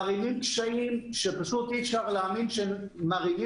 מערימים קשיים שפשוט אי אפשר להאמין שמערימים